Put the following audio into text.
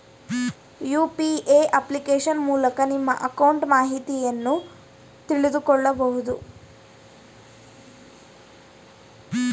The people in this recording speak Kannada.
ಯು.ಪಿ.ಎ ಅಪ್ಲಿಕೇಶನ್ ಮೂಲಕ ನಿಮ್ಮ ಅಕೌಂಟ್ ಮಾಹಿತಿಯನ್ನು ತಿಳಿದುಕೊಳ್ಳಬಹುದು